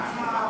מה עם